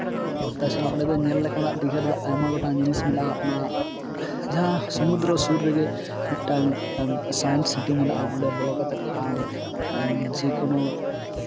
ᱛᱟᱪᱷᱟᱲᱟ ᱚᱸᱰᱮ ᱫᱚ ᱧᱮᱞ ᱞᱮᱠᱟᱱᱟᱜ ᱫᱤᱜᱷᱟ ᱨᱮᱫᱚ ᱟᱭᱢᱟ ᱜᱚᱴᱟᱝ ᱡᱤᱱᱤᱥ ᱢᱮᱱᱟᱜᱼᱟ ᱚᱱᱟ ᱡᱟᱦᱟᱸ ᱥᱩᱢᱩᱫᱨᱚ ᱥᱩᱨ ᱨᱮᱜᱮ ᱢᱤᱫᱴᱟᱝ ᱥᱟᱭᱮᱱᱥ ᱥᱤᱴᱤ ᱢᱮᱱᱟᱜᱼᱟ ᱚᱸᱰᱮ ᱵᱚᱞᱚ ᱠᱟᱛᱮ ᱟᱢ ᱡᱮᱠᱳᱱᱳ